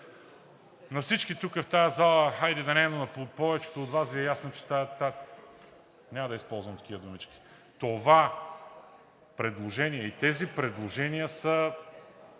На всички тук, в тази зала, хайде да не е, но на повечето от Вас Ви е ясно, че – няма да използвам тези думички – това предложение и тези предложения са…